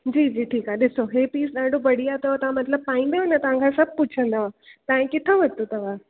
जी जी ठीकु आहे ॾिसो हे पीस ॾाढो बढ़िया अथव तव्हां मतलबु पाईंदव न तव्हांखां सभु पूछंदव तव्हां हे किथां वरितो अथव